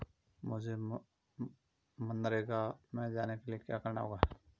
मुझे मनरेगा में जाने के लिए क्या करना होगा?